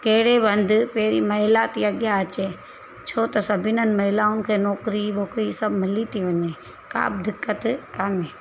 कहिड़े बि हंधु पहिरीं महिला थी अॻियां अचे छो त सभिनी हंधु महिलाउनि खे नौकिरी वौकिरी सभु मिली थी वञे का बि दिक़त कान्हे